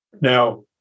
Now